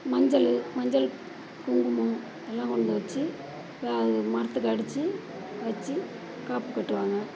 மஞ்சள் மஞ்சள் குங்குமம் எல்லா கொண்டு வச்சு மரத்துக்கு அடிச்சு வச்சு காப்பு கட்டுவாங்க